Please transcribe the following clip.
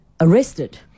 arrested